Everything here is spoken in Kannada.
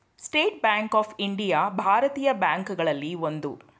ಸ್ಟೇಟ್ ಬ್ಯಾಂಕ್ ಆಫ್ ಇಂಡಿಯಾ ಭಾರತೀಯ ಬ್ಯಾಂಕ್ ಗಳಲ್ಲಿ ಒಂದು